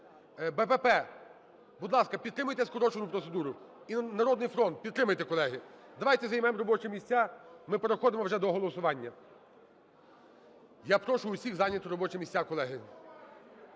БПП, будь ласка, підтримуйте скорочену процедуру. І, "Народний фронт", підтримайте, колеги. Давайте займемо робочі місця, ми переходимо вже до голосування. Я прошу усіх зайняти робочі місця, колеги.